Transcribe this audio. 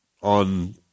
on